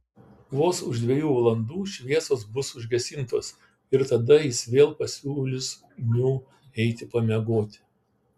vos už dviejų valandų šviesos bus užgesintos ir tada jis vėl pasiūlys miu eiti pamiegoti